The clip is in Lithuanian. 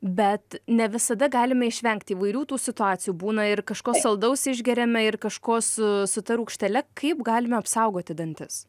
bet ne visada galime išvengti įvairių tų situacijų būna ir kažko saldaus išgeriame ir kažko su su ta rūgštele kaip galime apsaugoti dantis